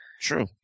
True